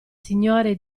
signore